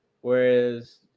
Whereas